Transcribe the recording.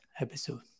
episode